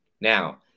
Now